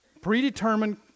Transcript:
predetermined